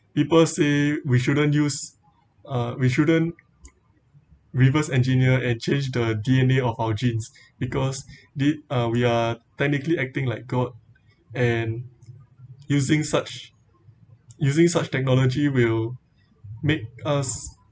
people say we shouldn't use uh we shouldn't reverse engineer and change the D_N_A of our genes because thi~ we are technically acting like god and using such using such technology will make us